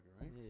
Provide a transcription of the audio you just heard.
right